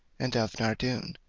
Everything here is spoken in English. and of nardoun,